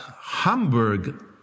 Hamburg